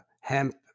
hemp